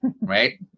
right